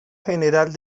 general